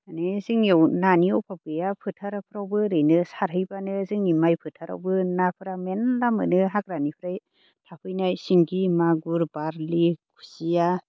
माने जोंनियाव नानि अभाब गैया फोथारफ्रावबो ओरैनो सारहैबानो जोंनि माइ फोथारावबो नाफोरा मेल्ला मोनो हाग्रानिफ्राय थाफैनाय सिंगि मागुल बार्लि खुसिया